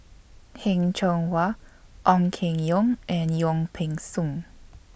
Heng Cheng Hwa Ong Keng Yong and Wong Peng Soon